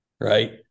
right